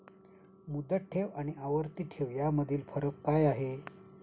मुदत ठेव आणि आवर्ती ठेव यामधील फरक काय आहे?